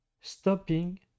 stopping